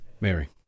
Mary